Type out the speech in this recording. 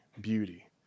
beauty